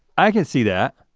i can see that.